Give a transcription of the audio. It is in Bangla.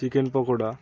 চিকেন পকোড়া